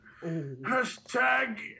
hashtag